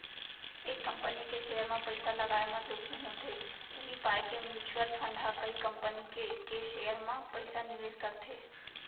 एक कंपनी के सेयर म पइसा लगाय म जोखिम होथे उही पाय के म्युचुअल फंड ह कई कंपनी के के सेयर म पइसा निवेस करथे